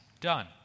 done